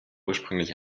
ursprünglich